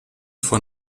von